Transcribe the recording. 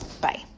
bye